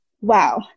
wow